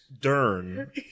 dern